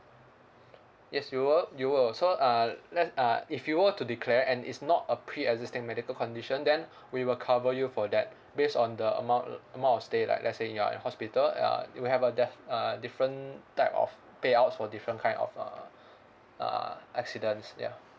yes you will you will so uh let uh if you were to declare and it's not a pre-existing medical condition then we will cover you for that based on the amount uh amount of stay like let's say you are at hospital uh it will have a def~ a different type of payout for different kind of uh uh accidents ya